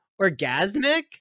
orgasmic